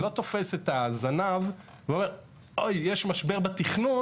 ולא תופס את הזנב ואומר: יש משבר בתכנון,